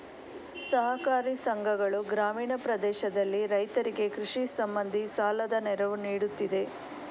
ಸಹಕಾರಿ ಸಂಘಗಳು ಗ್ರಾಮೀಣ ಪ್ರದೇಶದಲ್ಲಿ ರೈತರಿಗೆ ಕೃಷಿ ಸಂಬಂಧಿ ಸಾಲದ ನೆರವು ನೀಡುತ್ತಿದೆ